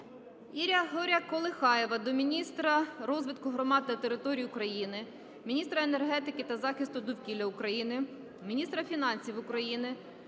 Ігоря Колихаєва до міністра розвитку громад та територій України, міністра енергетики та захисту довкілля України, міністра фінансів України